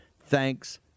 Thanks